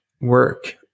work